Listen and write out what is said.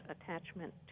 attachment